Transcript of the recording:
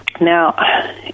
Now